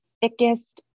thickest